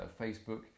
Facebook